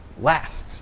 lasts